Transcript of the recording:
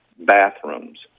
bathrooms